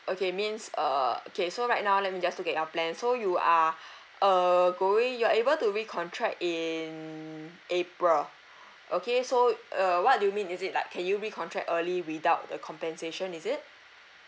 okay means uh okay so right now let me just look at your plan so you are uh going you are able to recontract in april okay so uh what do you mean is it like can you recontract early without the compensation is it